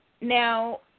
now